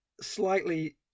slightly